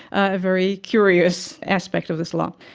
ah a very curious aspect of this law.